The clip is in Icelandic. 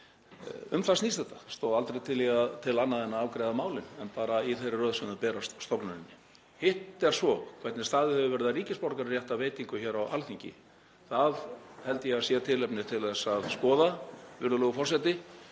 Um það snýst þetta. Það stóð aldrei til annað en að afgreiða málin en bara í þeirri röð sem þau berast stofnuninni. Hitt er svo hvernig staðið hefur verið að ríkisborgararéttarveitingu hér á Alþingi. Það held ég að sé tilefni til að skoða, virðulegur forseti.